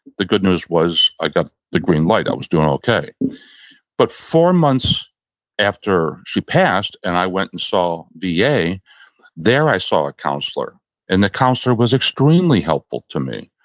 the good news was i got the green light. i was doing okay but four months after she passed and i went and saw va, yeah there i saw a counselor and the counselor was extremely helpful to me.